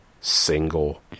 single